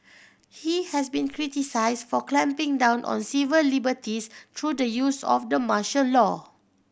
he has been criticised for clamping down on civil liberties through the use of the martial law